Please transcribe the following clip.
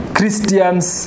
Christians